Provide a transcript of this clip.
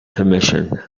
commission